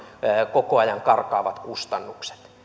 koko ajan karkaavat kustannukset